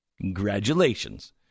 Congratulations